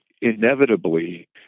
inevitably